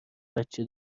بچه